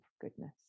goodness